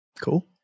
cool